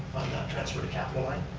transfer to capital line?